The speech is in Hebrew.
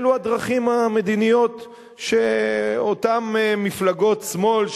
אלו הדרכים המדיניות שאותן מפלגות שמאל,